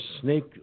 snake